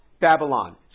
Babylon